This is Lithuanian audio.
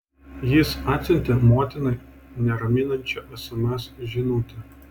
jis atsiuntė motinai neraminančią sms žinutę